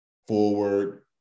forward